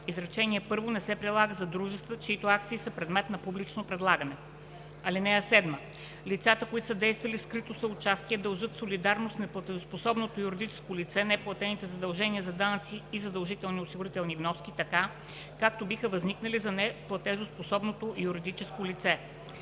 Изречение първо не се прилага за дружества, чиито акции са предмет на публично предлагане. (7) Лицата, които са действали в скрито съучастие дължат солидарно с неплатежоспособното юридическо лице неплатените задължения за данъци и задължителни осигурителни вноски така, както биха възникнали за неплатежоспособното юридическо лице.